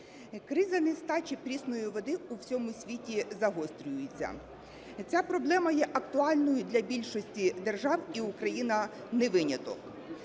Криза нестачі прісної води у всьому світі загострюється. Ця проблема є актуальною для більшості держав, і Україна не виняток.